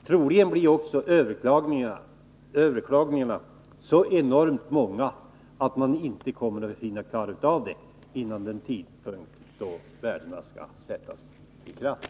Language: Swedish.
Troligen kommer överklagningsärendena att bli så enormt många att man inte hinner klara av dem före den tidpunkt då taxeringsvärdena skall träda i kraft.